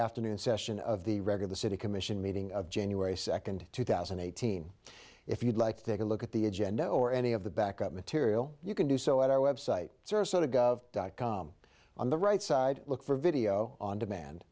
afternoon session of the reg of the city commission meeting of january second two thousand and eighteen if you'd like to take a look at the agenda or any of the back up material you can do so at our website www dot com on the right side look for video on demand